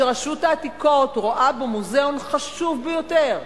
שרשות העתיקות רואה בו מוזיאון חשוב ביותר,